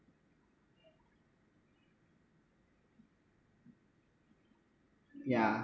yeah